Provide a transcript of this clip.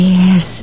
yes